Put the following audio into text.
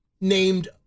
named